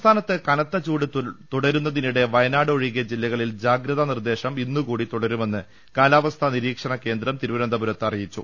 സംസ്ഥാനത്ത് കനത്ത് ചൂട് തുടരുന്നതിനിടെ വയനാട് ഒഴികെ ജില്ലകളിൽ ജാഗ്രതാ നിർദേശം ഇന്ന് കൂടി തുടരുമെന്ന് കാലാ വസ്ഥാ നിരീക്ഷണ കേന്ദ്രം തിരുവനന്തപുരത്ത് അറിയിച്ചു